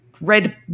red